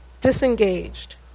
Disengaged